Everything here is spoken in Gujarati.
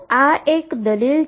તોઆ એક દલીલ છે